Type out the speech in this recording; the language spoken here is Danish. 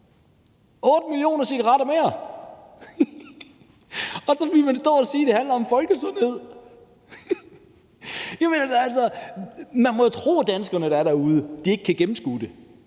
8 millioner cigaretter mere! Og så vil man stå og sige, at det handler om folkesundhed. Man må jo tro, at danskerne derude ikke kan gennemskue det.